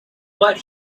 what